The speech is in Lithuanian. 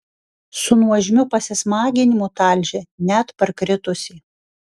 su nuožmiu pasismaginimu talžė net parkritusį